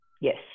Yes